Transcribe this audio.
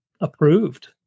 approved